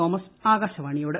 Thomas ആകാശവാണിയോട്